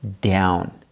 down